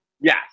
Yes